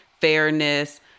fairness